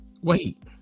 Wait